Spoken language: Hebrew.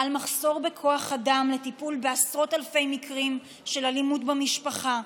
על מחסור בכוח אדם לטיפול בעשרות אלפי מקרים של אלימות במשפחה,